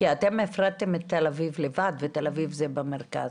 אתם הפרדתם את תל אביב לבד, ותל אביב היא במרכז.